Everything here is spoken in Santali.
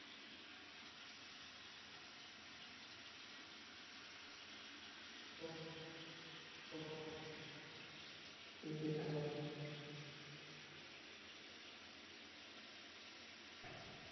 ᱴᱷᱤᱠᱜᱮᱭᱟ ᱛᱟᱦᱞᱮ ᱢᱟ